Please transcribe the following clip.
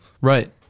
Right